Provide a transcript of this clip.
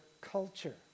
culture